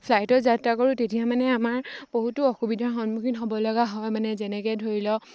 ফ্লাইটৰ যাত্ৰা কৰোঁ তেতিয়া মানে আমাৰ বহুতো অসুবিধাৰ সন্মুখীন হ'ব লগা হয় মানে যেনেকৈ ধৰি লওক